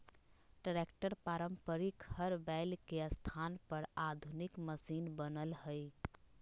tractor पारम्परिक हर बैल के स्थान पर आधुनिक मशिन बनल हई